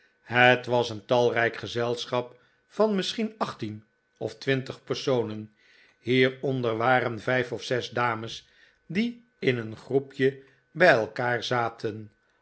het was een talrijk gezelschap van misschien achttien of twintig personen hieronder waren vijf of zes dames die in een groepje bij elkaar zaten